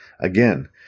Again